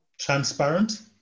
Transparent